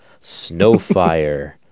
Snowfire